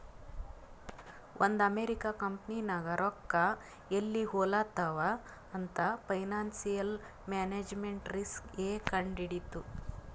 ಒಂದ್ ಅಮೆರಿಕಾ ಕಂಪನಿನಾಗ್ ರೊಕ್ಕಾ ಎಲ್ಲಿ ಹೊಲಾತ್ತಾವ್ ಅಂತ್ ಫೈನಾನ್ಸಿಯಲ್ ಮ್ಯಾನೇಜ್ಮೆಂಟ್ ರಿಸ್ಕ್ ಎ ಕಂಡ್ ಹಿಡಿತ್ತು